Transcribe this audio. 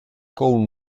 con